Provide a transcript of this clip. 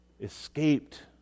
escaped